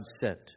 sent